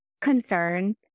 concerns